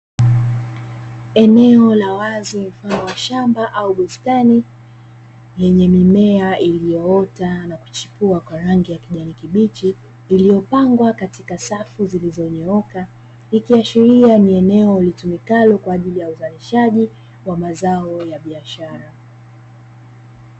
Eneo la wazi mfano wa shamba au bustani yenye mimea iliyo ota na kuchipuwa kwa rangi ya kijani kibichi iliyo pangwa katika safu zilizo nyooka ikiashilia ni eneo litumikalo kwaajili ya uzalishaji wa mazao ya biashara.